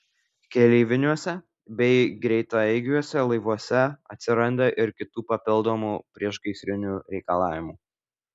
keleiviniuose bei greitaeigiuose laivuose atsiranda ir kitų papildomų priešgaisrinių reikalavimų